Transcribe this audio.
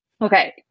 Okay